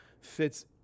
fits